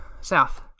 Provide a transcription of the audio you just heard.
South